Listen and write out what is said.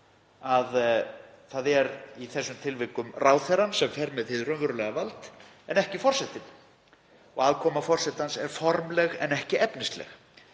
að í þessum tilvikum er það ráðherrann sem fer með hið raunverulega vald en ekki forsetinn og aðkoma forsetans er formleg en ekki efnisleg.